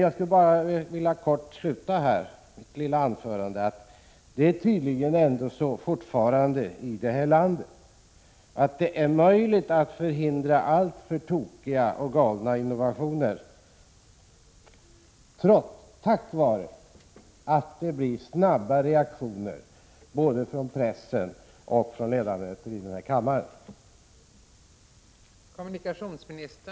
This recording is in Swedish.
Jag skulle bara helt kort vilja sluta mitt lilla anförande med att säga att det tydligen fortfarande är möjligt i detta land att förhindra alltför tokiga och 102 galna innovationer, tack vare snabba reaktioner både från pressen och från — Prot. 1986/87:118 ledamöter i denna kammare. 7 maj 1987